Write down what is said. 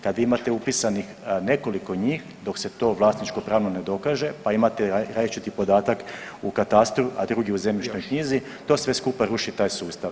Kad imate upisanih nekoliko njih dok se to vlasničko-pravno ne dokaže, pa imate različiti podatak u katastru, a drugi u zemljišnoj knjizi to sve skupa ruši taj sustav.